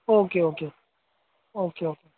okay okay okay okay